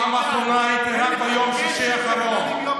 פעם אחרונה הייתי רק ביום שישי האחרון.